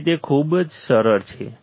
તેથી તે ખૂબ જ સરળ છે